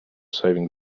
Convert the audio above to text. saving